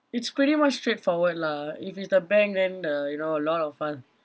it's pretty much straightforward lah if it's the bank then uh you know a lot of uh